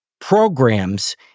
programs